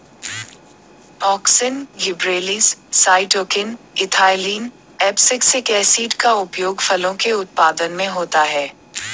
auxin, gibberellins, cytokine, ethylene, abscisic acid का उपयोग फलों के उत्पादन में होता है